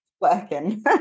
working